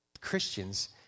Christians